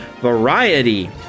Variety